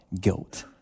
guilt